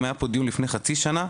אם היה פה דיון לפני חצי שנה,